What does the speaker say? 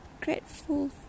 grateful